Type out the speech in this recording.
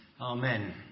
Amen